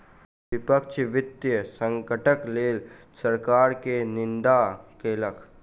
विपक्ष वित्तीय संकटक लेल सरकार के निंदा केलक